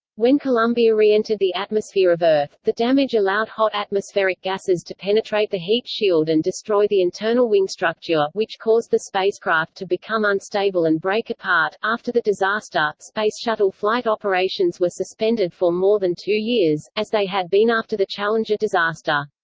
when columbia re-entered the atmosphere of earth, the damage allowed hot atmospheric gases to penetrate the heat shield and destroy the internal wing structure, which caused the spacecraft to become unstable and break apart after the disaster, space shuttle flight operations were suspended for more than two years, as they had been after the challenger disaster.